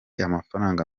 amafaranga